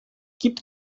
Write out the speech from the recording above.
gibt